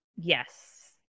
Yes